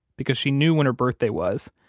because she knew when her birthday was,